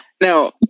now